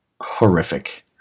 horrific